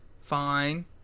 fine